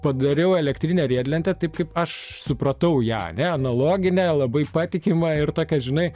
padariau elektrinę riedlentę taip kaip aš supratau ją ane analoginę labai patikimą ir tokia žinai